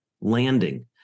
landing